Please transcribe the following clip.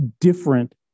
different